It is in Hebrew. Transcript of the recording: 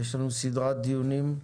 יש לנו סדרת דיונים,